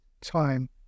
time